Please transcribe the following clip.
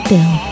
Bill